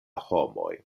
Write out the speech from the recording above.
homoj